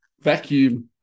vacuum